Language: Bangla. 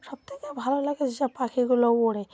সবথেকে ভালো লাগে যেসব পাখিগুলো ওড়ে